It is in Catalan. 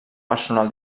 personal